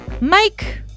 Mike